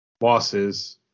losses